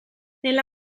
nella